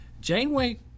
janeway